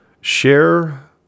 share